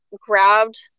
grabbed